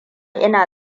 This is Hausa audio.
ina